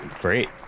Great